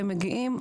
הם מגיעים,